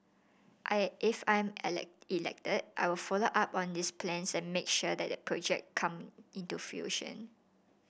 I if I'm elected I will follow up on these plans and make sure that the project come into fruition